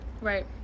right